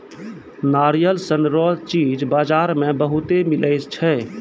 नारियल सन रो चीज बजार मे बहुते मिलै छै